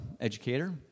educator